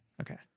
okay